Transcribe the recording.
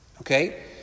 Okay